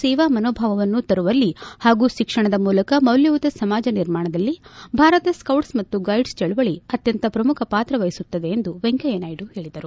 ಸೇವಾಮನೋಭಾವವನ್ನು ತರುವಲ್ಲಿ ಹಾಗೂ ಶಿಕ್ಷಣದ ಮೂಲಕ ಮೌಲ್ಯಯುತ ಸಮಾಜ ನಿರ್ಮಾಣದಲ್ಲಿ ಭಾರತ್ ಸೈಟ್ಸ್ ಮತ್ತು ಗೈಡ್ಸ್ ಚಳವಳಿ ಅತ್ಯಂತ ಶ್ರಮುಖ ಪಾತ್ರ ವಹಿಸುತ್ತದೆ ಎಂದು ವೆಂಕಯ್ದನಾಯ್ದು ಹೇಳದರು